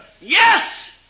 Yes